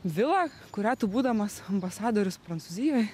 vilą kurią tu būdamas ambasadorius prancūzijoj